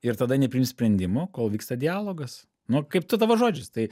ir tada nepriimt sprendimų kol vyksta dialogas nu kaip tu tavo žodžiais tai